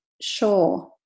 Sure